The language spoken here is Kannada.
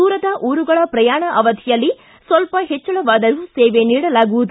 ದೂರದ ಊರುಗಳ ಪ್ರಯಾಣ ಅವಧಿಯಲ್ಲಿ ಸ್ವಲ್ಪ ಹೆಚ್ಚಳವಾದರೂ ಸೇವೆ ನೀಡಲಾಗುವುದು